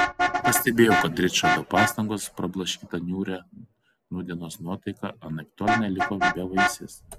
pastebėjau kad ričardo pastangos prablaškyti niūrią nūdienos nuotaiką anaiptol neliko bevaisės